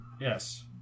Yes